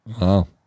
Wow